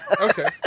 okay